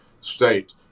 state